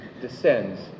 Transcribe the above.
descends